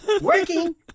working